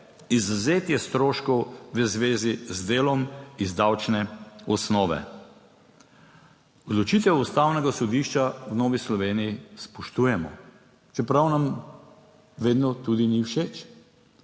izvzetje stroškov v zvezi z delom iz davčne osnove. Odločitev Ustavnega sodišča v Novi Sloveniji spoštujemo; čeprav nam vedno tudi ni všeč,